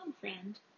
friend